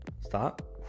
Stop